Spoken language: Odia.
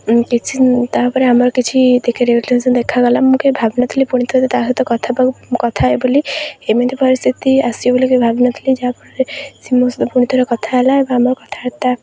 କିଛି ତା'ପରେ ଆମର କିଛି ଦେଖାଗଲା ମୁଁ କେବେ ଭାବିନଥିଲି ପୁଣି ଥରେ ତା'ସହିତ କଥା କଥା ହେବି ବୋଲି ଏମିତି ପରିସ୍ଥିତି ଆସିବ ବୋଲି କେବେ ଭାବିନଥିଲି ଯାହା ଫଳରେ ସେ ମୋ ସହିତ ପୁଣି ଥରେ କଥା ହେଲା ବା ଆମ କଥାବାର୍ତ୍ତା